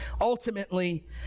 Ultimately